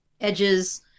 edges